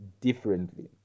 differently